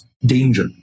danger